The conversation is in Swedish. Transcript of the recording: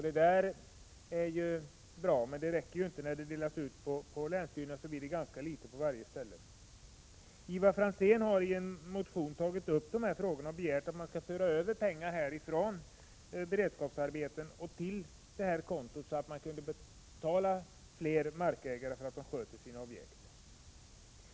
Det är ju bra, men det räcker inte. När pengarna delas ut på länsstyrelserna blir det ganska litet på varje ställe. Ivar Franzén har i en motion tagit upp den här saken och begärt att det skall föras över pengar från Beredskapsarbeten till detta konto, så att man kunde betala fler markägare för att de sköter sina skyddsobjekt.